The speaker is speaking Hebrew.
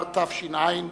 תש"ע,